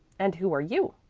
and who are you?